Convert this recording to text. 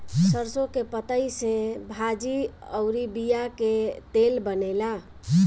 सरसों के पतइ से भाजी अउरी बिया के तेल बनेला